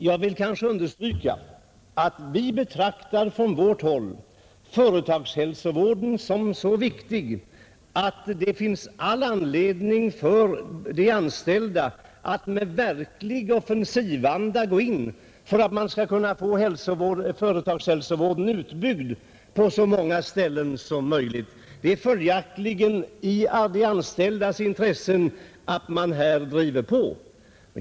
Jag vill understryka att vi från vårt håll betraktar företagshälsovården som så viktig att det finns all anledning för de anställda att med verklig offensivanda gå in för att få den utbyggd på så många ställen som möjligt. Det ligger följaktligen i de anställdas intresse att man här driver på.